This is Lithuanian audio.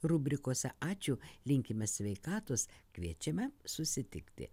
rubrikose ačiū linkime sveikatos kviečiame susitikti